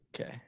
Okay